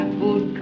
good